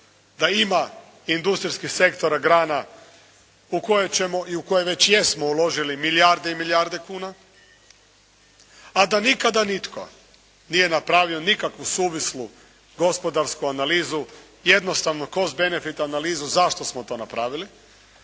da ima industrijskih sektora grana u koje ćemo i u koje već jesmo uložili milijarde i milijarde kuna a da nikada nitko nije napravio nikakvu suvislu gospodarsku analizu, jednostavnu cos benefit analizu zašto smo to napravili.